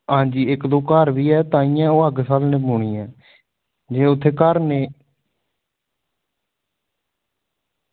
ते इक्क दौ घर बी ऐ ते ताहियें ओह् अग्ग स्हालनी पौनी ऐ जे उत्थें घर नेईं